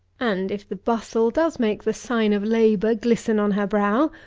and, if the bustle does make the sign of labour glisten on her brow,